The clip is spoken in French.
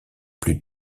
plus